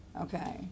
okay